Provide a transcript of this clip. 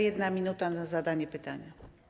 1 minuta na zadanie pytania.